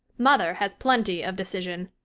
mother has plenty of decision.